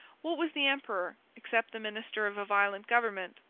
what was the emperor, except the minister of a violent government,